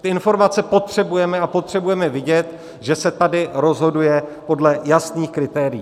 Ty informace potřebujeme a potřebujeme vidět, že se tady rozhoduje podle jasných kritérií.